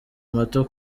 mato